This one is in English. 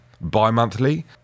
bi-monthly